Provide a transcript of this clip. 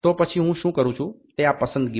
તો પછી હું શું કરું છું તે આ પસંદગીમાં છે